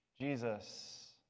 Jesus